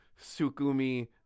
Sukumi